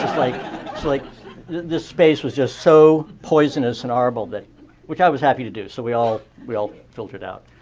like it's like this space was just so poisonous and horrible that which i was happy to do. so we all we all filtered out.